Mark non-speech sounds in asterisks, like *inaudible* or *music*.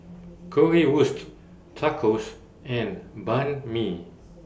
*noise* Currywurst Tacos and Banh MI